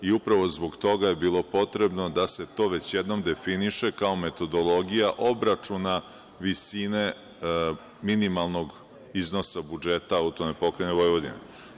Upravo zbog toga je bilo potrebno da se to već jednom definiše kao metodologija obračuna visine minimalnog iznosa budžeta AP Vojvodine.